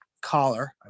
collar